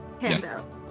handout